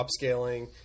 upscaling